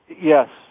Yes